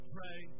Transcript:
Pray